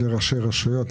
לראשי הרשויות,